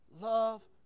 love